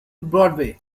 broadway